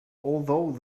although